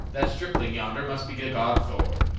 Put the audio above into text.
that stripling yonder must be the god thor.